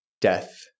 death